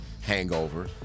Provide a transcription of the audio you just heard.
hangover